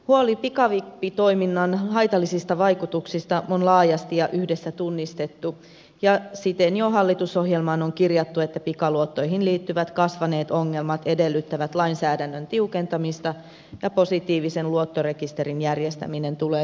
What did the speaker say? huoli pikavippitoiminnan haitallisista vaikutuksista on laajasti ja yhdessä tunnistettu ja siten jo hallitusohjelmaan on kirjattu että pikaluottoihin liittyvät kasvaneet ongelmat edellyttävät lainsäädännön tiukentamista ja positiivisen luottorekisterin järjestäminen tulee selvittää